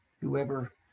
whoever